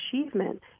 achievement